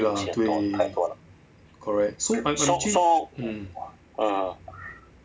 对啦对 correct so I have actually mm